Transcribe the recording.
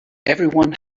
everyone